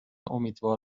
امیدوار